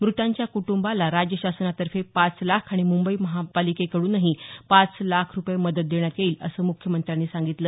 मृतांच्या कुटुंबाला राज्य शासनातर्फ पाच लाख आणि मुंबई महापालिकेकडूनही पाच लाख रुपये मदत देण्यात येईल असं मुख्यमंत्र्यांनी सांगितलं